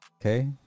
Okay